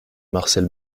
marcel